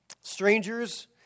strangers